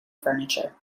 furniture